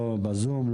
לא בזום,